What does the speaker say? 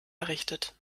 errichtet